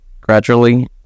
gradually